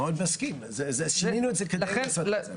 מאוד מסכים, שינינו את זה כדי לעשות זה.